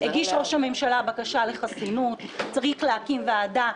הגיש ראש הממשלה בקשה לחסינות צריך להקים ועדה,